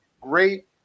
great